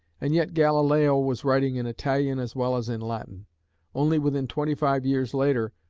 and yet galileo was writing in italian as well as in latin only within twenty-five years later,